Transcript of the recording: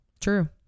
True